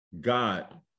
God